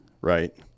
right